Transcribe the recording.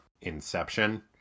inception